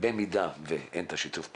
במידה שאין שיתוף פעולה,